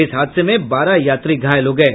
इस हादसे में बारह यात्री घायल हो गये